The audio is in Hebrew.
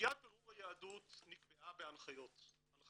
סוגיית בירור היהדות נקבעה בהנחיות.